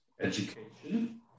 Education